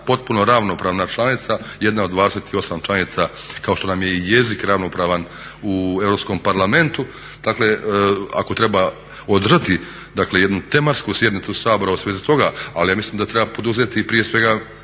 potpuno ravnopravna članica, jedna od 28 članica kao što nam je i jezik ravnopravan u Europskom parlamentu. Dakle ako treba održati dakle jednu tematsku sjednicu Sabora u svezi toga, ali ja mislim da treba poduzeti i prije svega